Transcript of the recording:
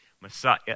Messiah